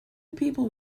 people